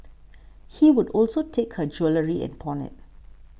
he would also take her jewellery and pawn it